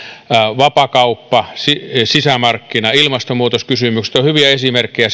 vapaakauppa sisämarkkina ja ilmastonmuutoskysymykset ovat hyviä esimerkkejä